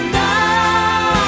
now